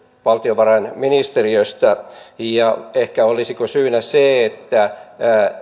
valtiovarainministeriöstä ja olisiko syynä se että